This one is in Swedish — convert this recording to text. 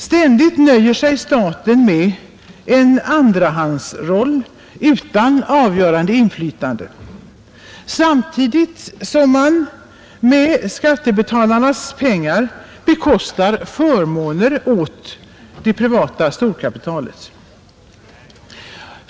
Ständigt nöjer sig staten med en andrahandsroll utan något avgörande inflytande samtidigt som den med skattebetalarnas pengar bekostar förmåner åt det privata storkapitalet.